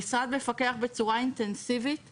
המשרד מפקח בצורה אינטנסיבית ואוכף,